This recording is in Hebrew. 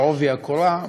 בעובי הקורה,